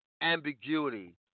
ambiguity